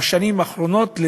בשנים האחרונות הפכה,